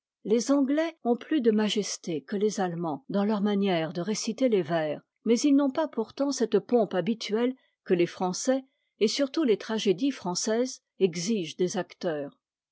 les anglais ont plus de majesté que les allemands dans leur manière de réciter les vers mais ils n'ont pas pourtant cette pompe habituelle que les français et surtout les tragédies françaises exigent des acteurs